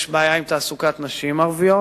יש בעיה עם תעסוקת נשים ערביות,